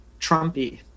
Trumpy